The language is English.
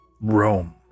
rome